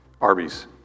Arby's